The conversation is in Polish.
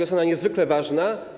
Jest ona niezwykle ważna.